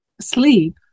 sleep